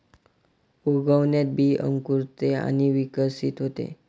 उगवणात बी अंकुरते आणि विकसित होते